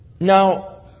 Now